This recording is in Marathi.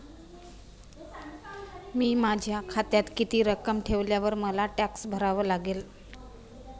मी माझ्या खात्यात किती रक्कम ठेवल्यावर मला टॅक्स भरावा लागेल?